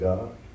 God